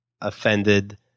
offended